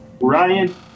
Ryan